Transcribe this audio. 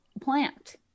plant